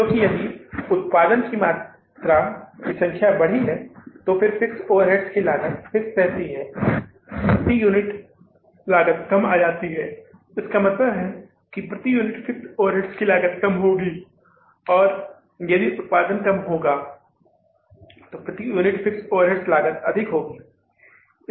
क्योंकि यदि उत्पादन की मात्रा की संख्या बड़ी है तो फिक्स ओवरहेड की लागत फिक्स रहती है प्रति यूनिट लागत कम आती है इसका मतलब है कि प्रति यूनिट फिक्स्ड ओवरहेड लागत का कम होता है और यदि उत्पादन कम होता है प्रति यूनिट फिक्स्ड ओवरहेड लागत अधिक होती है